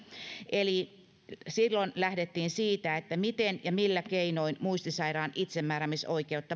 eli silloin lähdettiin siitä miten ja millä keinoin muistisairaan itsemääräämisoikeutta